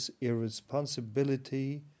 irresponsibility